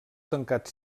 tancat